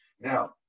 Now